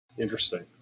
Interesting